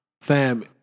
Fam